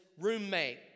roommate